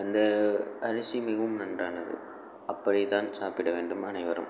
அந்த அரிசி மிகவும் நன்றானது அப்படி தான் சாப்பிட வேண்டும் அனைவரும்